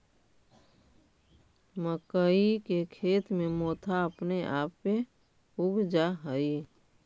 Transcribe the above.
मक्कइ के खेत में मोथा अपने आपे उग जा हई